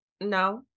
No